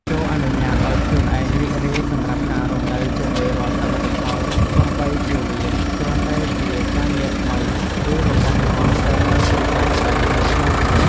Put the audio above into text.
ចូរអនុញ្ញាតឱ្យខ្លួនឯងរីករាយសម្រាប់ការរស់នៅជាមួយរាល់សមិទ្ធផលទោះបីជាវាគ្រាន់តែជាការងារថ្មីឬរបស់របរប្រើប្រាស់តូចតាចក្តីនៅក្នុងជីវិត។